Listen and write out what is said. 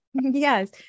Yes